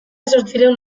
zortziehun